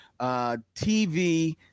TV